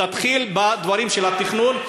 תתחיל בדברים של התכנון,